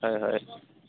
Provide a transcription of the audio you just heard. হয় হয়